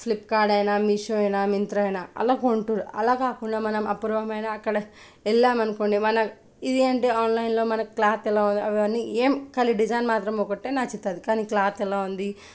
flip కార్డైనా మీషో అయినా మింత్రా అయినా కొంటుర్రు అలా కాకుండా మనం అపూర్వమైన అక్కడ వెళ్ళామనుకోండి మనం ఇది ఏంటి ఆన్లైన్లో మనకి క్లాత్ ఎలా ఉంది అవన్నీ ఏం ఖాళీ డిజైన్ మాత్రం ఒక్కటే నచ్చుతుంది కానీ క్లాత్ ఎలా ఉంది